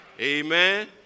amen